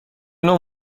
نوع